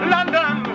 London